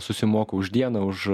susimoku už dieną už